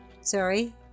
Sorry